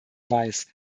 weiß